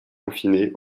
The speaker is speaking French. confiné